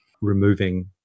removing